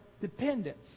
dependence